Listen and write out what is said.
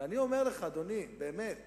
אדוני, באמת